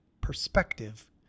perspective